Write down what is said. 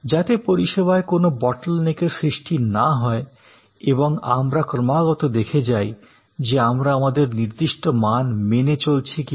যাতে পরিষেবায় কোনো বটলনেকের সৃষ্টি না নয় এবং আমরা ক্রমাগত দেখে যাই যে আমরা আমাদের নির্দিষ্ট মান মেনে চলছি কি না